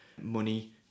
money